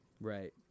Right